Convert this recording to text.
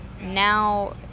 Now